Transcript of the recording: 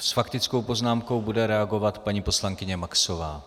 S faktickou poznámkou bude reagovat paní poslankyně Maxová.